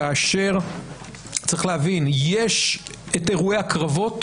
כאשר צריך להבין שיש את אירועי הקרבות,